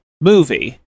movie